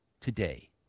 today